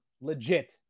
Legit